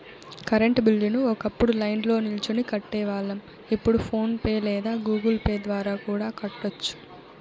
current బిల్లుని ఒకప్పుడు లైన్ల్నో నిల్చొని కట్టేవాళ్ళం, ఇప్పుడు ఫోన్ పే లేదా గుగుల్ పే ద్వారా కూడా కట్టొచ్చు